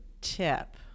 tip